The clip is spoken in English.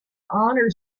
honor